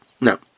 No